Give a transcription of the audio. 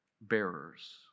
bearers